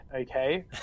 okay